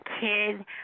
kid